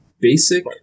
basic